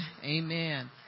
Amen